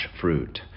fruit